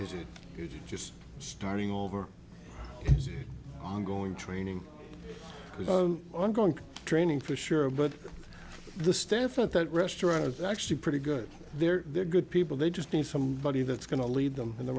program is it just starting over ongoing training ongoing training for sure but the staff at that restaurant is actually pretty good there they're good people they just need somebody that's going to lead them in the